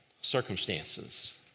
circumstances